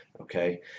okay